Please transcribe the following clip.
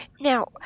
Now